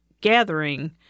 gathering